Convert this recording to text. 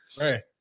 right